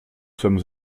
sommes